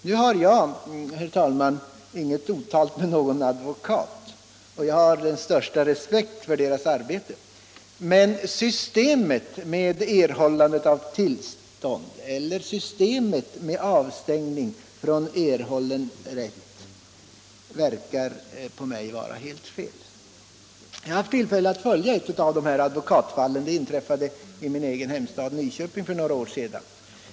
Nu har jag, herr talman, inget otalt med någon advokat — jag har den största respekt för deras arbete — men systemet för erhållandet av tillstånd och systemet för avstängning verkar på mig vara helt felaktigt. Jag har haft tillfälle att följa ett av de här advokatfallen — det inträffade i min egen hemstad Nyköping för några år sedan.